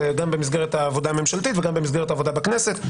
גם במסגרת העבודה הממשלתית וגם במסגרת עבודת הכנסת.